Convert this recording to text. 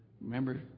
Remember